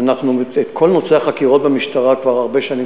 כל נושא החקירות במשטרה כבר לפני הרבה שנים